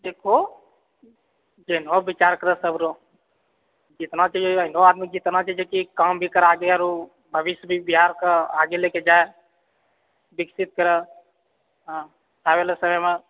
देखो जहिनो विचार करऽ सगरो जितना एहनो आदमी जे काम भी करा दे आओर ओ भविष्य भी बिहारके आगे लए कऽ जाइ बिकसित करऽ हँ आबै बला समयमे